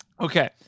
Okay